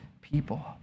people